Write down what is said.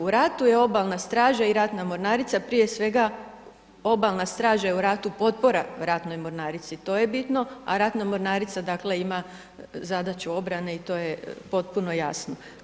U ratu je obalna straža i ratna mornarica prije svega obalna straža je u ratu potpora ratnoj mornarici, to je bitno, a ratna mornarica dakle ima zadaću obrane i to je potpuno jasno.